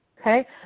Okay